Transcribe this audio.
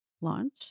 launch